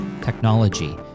technology